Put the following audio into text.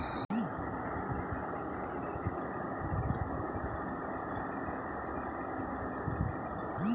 অফলাইনে মাধ্যমেই জলের বিল দেবো কি করে?